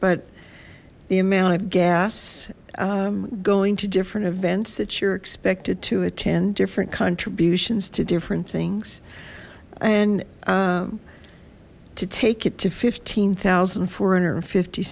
but the amount of gas going to different events that you're expected to attend different contributions to different things and to take it to fifteen zero four hundred and fifty